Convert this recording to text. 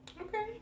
Okay